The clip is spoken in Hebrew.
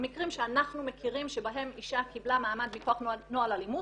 המקרים שאנחנו מכירים שבהם אישה קיבלה מעמד מכח נוהל אלימות,